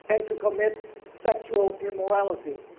and to commit sexual immorality.